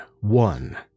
one